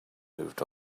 moved